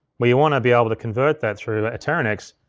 well you wanna be able to convert that through a teranex,